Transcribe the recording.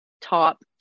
top